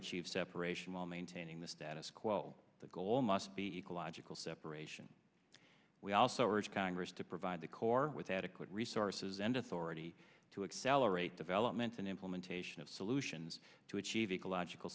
achieve separation while maintaining the status quo the goal must be ecological separation we also urge congress to provide the corps with adequate resources and authority to accelerate development and implementation of solutions to achieve ecological